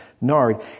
nard